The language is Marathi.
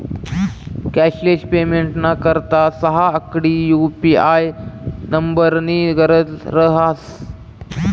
कॅशलेस पेमेंटना करता सहा आकडी यु.पी.आय नम्बरनी गरज रहास